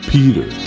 Peter